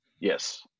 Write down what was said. yes